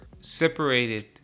separated